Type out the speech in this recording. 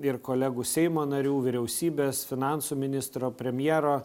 ir kolegų seimo narių vyriausybės finansų ministro premjero